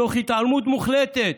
תוך התעלמות מוחלטת